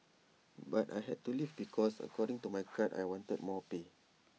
but I had to leave because according to my card I wanted more pay